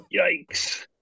Yikes